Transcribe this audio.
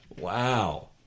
Wow